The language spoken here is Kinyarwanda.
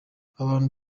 abantu